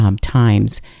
Times